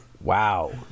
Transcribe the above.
Wow